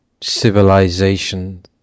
civilization